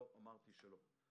לא אמרתי שלא,